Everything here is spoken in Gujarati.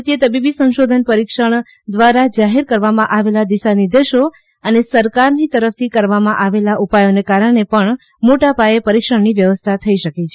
ભારતીય તબીબી સંશોધન પરિક્ષણ દ્વારા જાહેર કરવામાં આવેલા દિશાનિર્દેશો અને સરકારની તરફથી કરવામાં આવેલા ઉપાયોને કારણે પણ મોટા પાયે પરિક્ષણની વ્યવસ્થા થઇ શકી છે